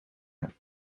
heb